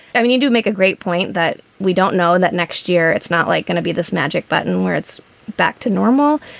i mean, you do make a great point that we don't know that next year it's not like going to be this magic button where it's back to normal,